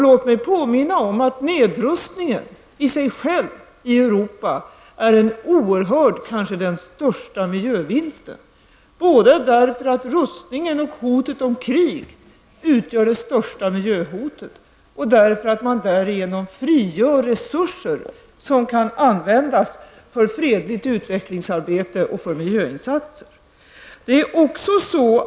Låt mig påminna om att nedrustningen i Europa i sig själv är en oerhörd, kanske den största, miljövinsten. Detta är fallet både därför att rustningen och hotet om krig utgör det största miljöhotet och därför att man därigenom frigör resurser som kan användas för fredligt utvecklingsarbete och för miljöinsatser.